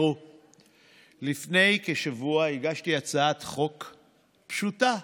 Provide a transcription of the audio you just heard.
לפני כשבוע הגשתי הצעת חוק פשוטה,